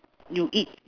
you eat